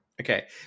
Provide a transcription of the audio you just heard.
Okay